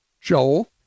Joel